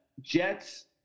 Jets